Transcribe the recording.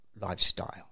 lifestyle